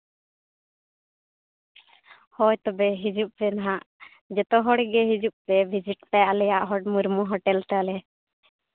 ᱦᱳᱭ ᱛᱚᱵᱮ ᱦᱤᱡᱩᱜ ᱯᱮ ᱱᱟᱦᱟᱜ ᱡᱚᱛᱚ ᱦᱚᱲ ᱜᱮ ᱦᱤᱡᱩᱜ ᱯᱮ ᱵᱷᱤᱡᱤᱴ ᱯᱮ ᱟᱞᱮᱭᱟᱜ ᱢᱩᱨᱢᱩ ᱦᱳᱴᱮᱞ ᱛᱟᱞᱮ